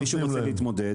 אם מישהו רוצה להתמודד,